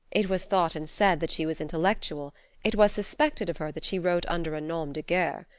it was thought and said that she was intellectual it was suspected of her that she wrote under a nom de guerre.